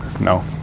No